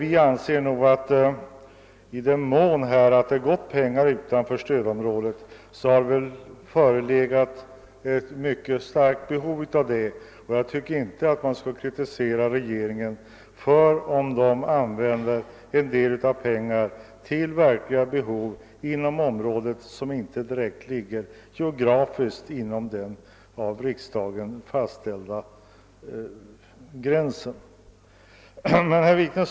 I den mån det har gått pengar till orter utanför stödområdet har det väl funnits ett mycket starkt behov av det. Jag tycker inte att man skall kritisera regeringen för att den använder en del av pengarna för att täcka verkliga behov inom områden som inte ligger utom den av riksdagen fastställda geografiska gränsen för stödområdet.